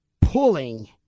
pulling